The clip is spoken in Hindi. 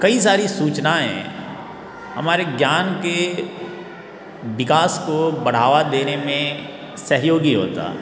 कई सारी सूचनाएँ हमारे ज्ञान के विकास को बढ़ावा देने में सहयोगी होता